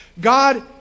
God